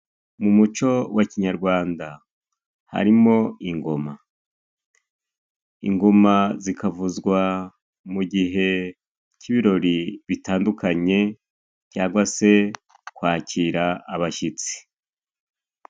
Mu muco wa kinyarwanda harimo ingoma. Ingoma zikavuzwa mu gihe cy'ibirori bitandukanye, cyangwa se mu kwakira abashyitsi.